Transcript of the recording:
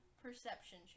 Perception